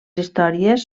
històries